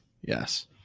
Yes